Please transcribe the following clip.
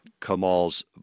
Kamal's